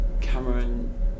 Cameron